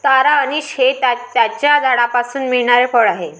तारा अंनिस हे त्याच्या झाडापासून मिळणारे फळ आहे